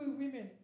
women